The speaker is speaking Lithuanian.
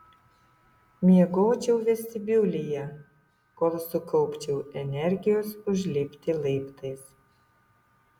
miegočiau vestibiulyje kol sukaupčiau energijos užlipti laiptais